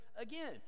again